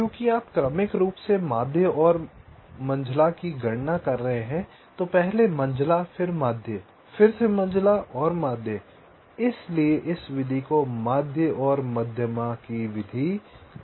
क्योंकि आप क्रमिक रूप से माध्य और मंझला की गणना कर रहे हैं पहले मंझला फिर माध्य फिर से मंझला और माध्य इसीलिए इस विधि को माध्य और मध्यमा की विधि कहा जाता है